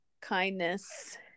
kindness